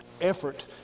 effort